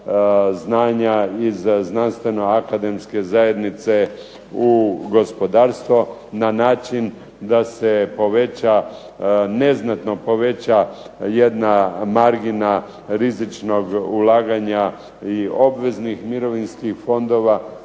znanja iz znanstveno akademske zajednice u gospodarstvo na način da se neznatno poveća jedna margina rizičnog ulaganja i obveznih mirovinskih fondova